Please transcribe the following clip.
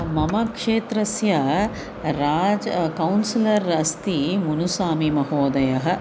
मम क्षेत्रस्य राजकौन्सलर् अस्ति मनुस्वामीमहोदयः